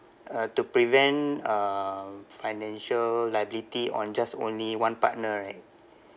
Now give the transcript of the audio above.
uh to prevent uh financial liability on just only one partner right